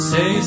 Say